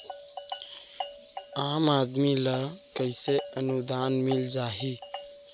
आम आदमी ल कइसे अनुदान मिल जाही?